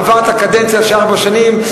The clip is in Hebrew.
עברת קדנציה של ארבע שנים,